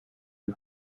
own